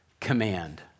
command